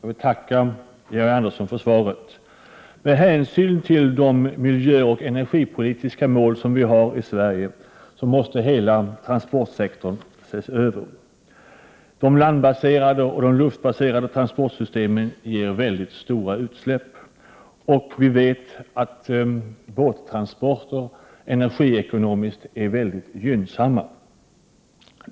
Herr talman! Jag vill tacka Georg Andersson för svaret. Med hänsyn till de miljöoch energipolitiska mål som vi har i Sverige måste hela transportsektorn ses över. De landbaserade och luftbaserade transportsystemen ger väldigt stora utsläpp. Vi vet att båttransporterna energiekonomiskt är mycket gynnsamma.